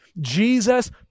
Jesus